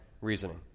reasoning